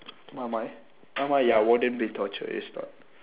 my mind my mind ya wouldn't be torture it's not